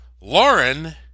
Lauren